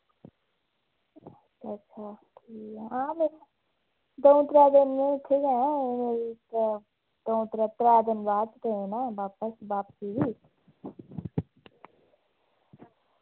अच्छा ठीक ऐ हां में द'ऊं त्रै दिन इत्थे गै आं द'ऊं त्रै त्रै दिन बाद ट्रेन ऐ बापस बापसी दी